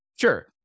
Sure